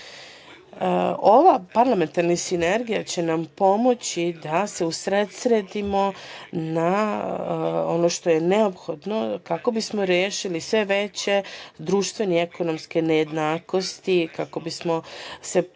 parlamentarna sinergija će nam pomoći da se usredsredimo na ono što je neophodno kako bismo rešili sve veće društvene i ekonomske nejednakosti, kako bismo se bavili